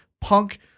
punk